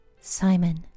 Simon